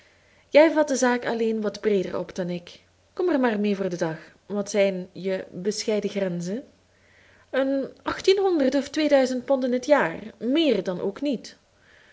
jij vat de zaak alleen wat breeder op dan ik kom er maar mee voor den dag wat zijn je bescheiden grenzen een achttienhonderd of tweeduizend pond in het jaar meer dan ook niet